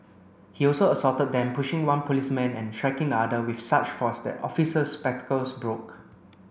he also assaulted them pushing one policeman and striking the other with such force that the officer's spectacles broke